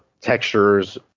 textures